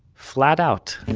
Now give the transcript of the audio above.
flat out